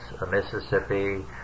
Mississippi